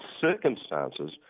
circumstances